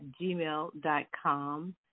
gmail.com